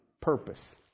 purpose